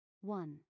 One